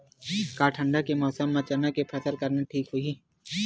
का ठंडा के मौसम म चना के फसल करना ठीक होही?